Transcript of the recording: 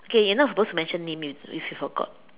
okay you're not supposed to mention name you if you forgot